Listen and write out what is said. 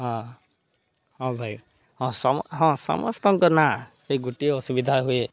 ହଁ ହଁ ଭାଇ ହଁ ସମ ହଁ ସମସ୍ତଙ୍କ ନା ସେଇ ଗୋଟିଏ ଅସୁବିଧା ହୁଏ